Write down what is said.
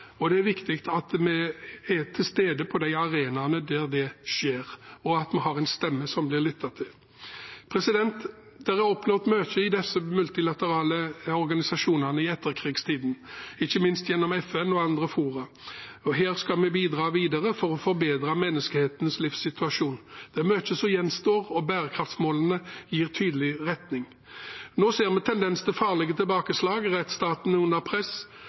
Det er viktig at vi er til stede på de arenaene der det skjer, og at vi har en stemme som blir lyttet til. Det er åpnet opp mye i disse multilaterale organisasjonene i etterkrigstiden, ikke minst gjennom FN og andre fora, og her skal vi bidra videre for å forbedre menneskehetens livssituasjon. Det er mye som gjenstår, og bærekraftsmålene gir tydelig retning. Nå ser vi en tendens til farlige tilbakeslag. Rettsstaten er under press.